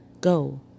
Go